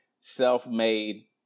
self-made